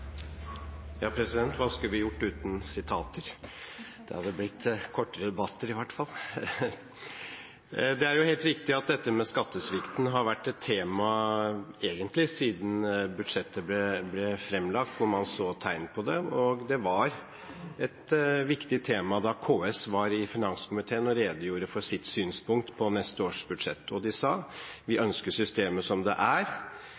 vi gjort uten sitater? Det hadde blitt kortere debatter, i hvert fall. Det er helt riktig at dette med skattesvikten egentlig har vært et tema siden budsjettet ble fremlagt og man så tegn på det. Og det var et viktig tema da KS var i finanskomiteen og redegjorde for sitt synspunkt på neste års budsjett. De sa: «Vi ønsker systemet som det er,